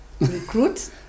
Recruit